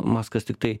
maskas tiktai